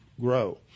grow